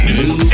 New